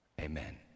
Amen